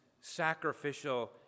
sacrificial